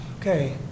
Okay